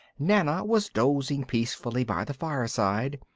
nana was dozing peacefully by the fireside,